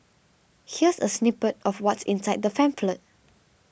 here's a snippet of what's inside the pamphlet